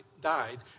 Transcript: died